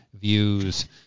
views